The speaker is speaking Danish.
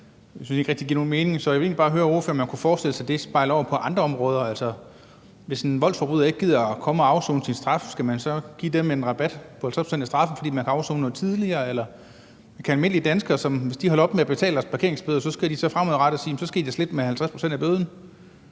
jeg synes ikke rigtig, det giver nogen mening. Så jeg vil egentlig bare høre ordføreren, om man kunne forestille sig det spejlet over på andre områder. Altså, hvis en voldsforbryder ikke gider at komme og afsone sine straf, skal man så give en rabat på 50 pct. af straffen, fordi man har afsonet noget tidligere? Eller kan almindelige danskere, som måske holder op med at betale deres parkeringsbøder, så fremadrettet slippe med 50 pct. af bøden?